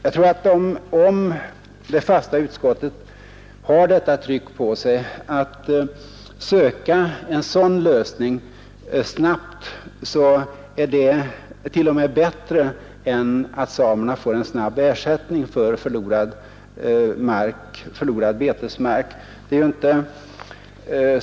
Jag tror att om det fasta utskottet har detta tryck på sig att snabbt söka en sådan lösning så är det t.o.m. bättre för samerna än att snabbt få ekonomisk ersättning för förlorad betesmark.